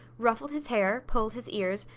ruffled his hair, pulled his ears,